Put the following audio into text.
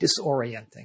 disorienting